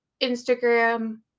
Instagram